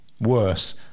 worse